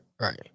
Right